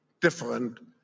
different